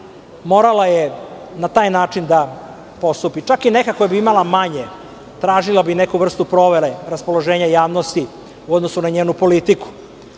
morala je na taj način da postupi, čak i neka koja bi imala manje, tražila bi neku vrstu provere raspoloženja javnosti u odnosu na njenu politiku. Mi